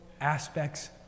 aspects